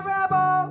Rebel